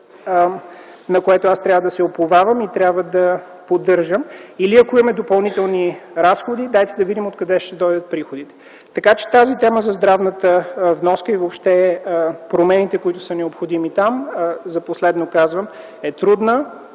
на което аз трябва да се уповавам и трябва да поддържам, или ако има допълнителни разходи, дайте да видим откъде ще дойдат приходите. Така че тази тема за здравната вноска и въобще за промените, които са необходими там, за последно казвам, е трудна,